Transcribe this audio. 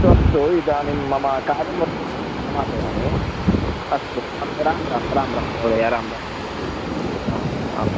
अस्तु अस्तु इदानीं मम कार्यं वर्तते समापयामि अस्तु अन्त राम् राम् राम् राम् महोदय राम् राम् आम् आम्